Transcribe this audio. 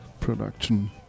production